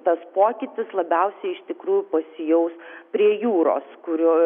tas pokytis labiausiai iš tikrųjų pasijaus prie jūros kurio